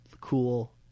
cool